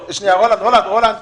רולנד,